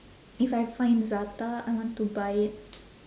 if I find za'atar I want to buy it